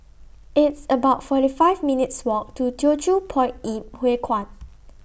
It's about forty five minutes' Walk to Teochew Poit Ip Huay Kuan